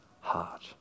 heart